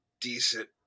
decent